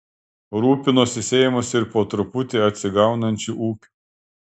rūpinosi seimas ir po truputį atsigaunančiu ūkiu